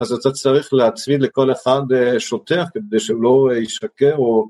אז אתה צריך להצמיד לכל אחד שוטר כדי שהוא לא יישקר או...